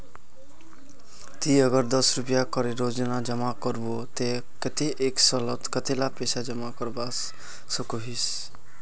ती अगर दस रुपया करे रोजाना जमा करबो ते कतेक एक सालोत कतेला पैसा जमा करवा सकोहिस?